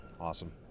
awesome